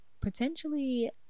potentially